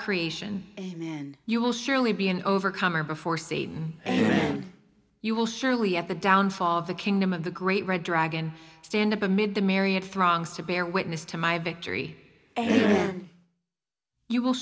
creation and you will surely be an overcomer before satan and you will surely at the downfall of the kingdom of the great red dragon stand up amid the marriott throngs to bear witness to my victory you will